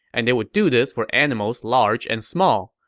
and they would do this for animals large and small.